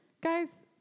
Guys